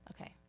Okay